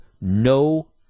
No